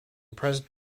present